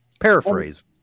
paraphrase